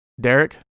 Derek